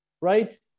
right